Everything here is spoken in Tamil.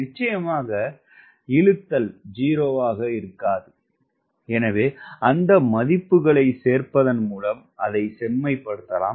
நிச்சயமாக இழுத்தல் 0 ஆக இருக்காது எனவே அந்த மதிப்புகளைச் சேர்ப்பதன் மூலம் அதைச் செம்மைப்படுத்தலாம்